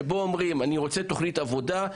שבו אומרים: אני רוצה תוכנית עבודה.